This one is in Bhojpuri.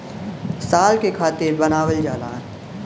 साल के खातिर बनावल जाला